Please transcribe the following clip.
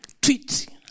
Tweet